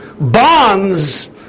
bonds